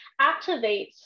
activates